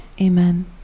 Amen